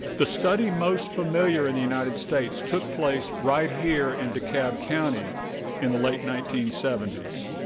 the study most familiar in the united states took place right here in dekalb county in the late nineteen seventy s.